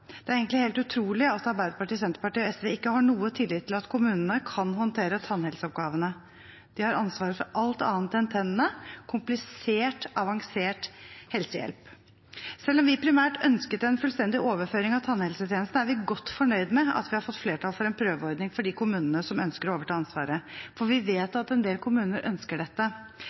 Det er egentlig helt utrolig at Arbeiderpartiet, Senterpartiet og SV ikke har noen tillit til at kommunene kan håndtere tannhelseoppgavene. De har ansvaret for alt annet enn tennene – komplisert, avansert helsehjelp. Selv om vi primært ønsket en fullstendig overføring av tannhelsetjenestene, er vi godt fornøyd med at vi har fått flertall for en prøveordning for de kommunene som ønsker å overta ansvaret. For vi vet at en del kommuner ønsker dette.